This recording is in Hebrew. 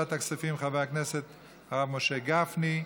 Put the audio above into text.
ועדת הכספים חבר הכנסת הרב משה גפני.